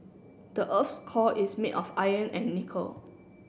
the earth's core is made of iron and nickel